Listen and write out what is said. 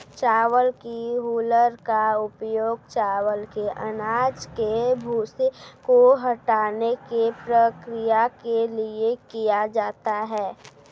चावल की हूलर का उपयोग चावल के अनाज के भूसे को हटाने की प्रक्रिया के लिए किया जाता है